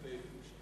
מתי?